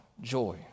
joy